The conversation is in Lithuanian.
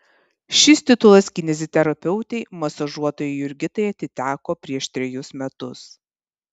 šis titulas kineziterapeutei masažuotojai jurgitai atiteko prieš trejus metus